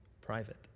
private